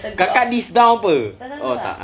kakak list down apa oh tak